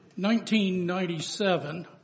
1997